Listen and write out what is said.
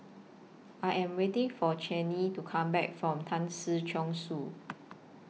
I Am waiting For Chaney to Come Back from Tan Si Chong Su